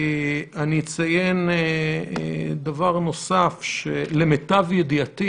אציין דבר נוסף, למיטב ידיעתי